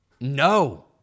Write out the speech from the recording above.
No